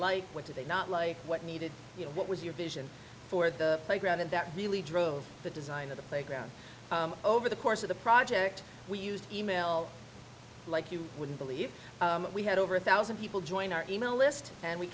like what do they not like what needed you know what was your vision for the playground and that really drove the design of the playground over the course of the project we used e mail like you wouldn't believe we had over a thousand people join our e mail list and we